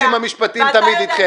המשפטיים תמיד אתכם, אה...